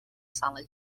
sala